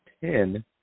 ten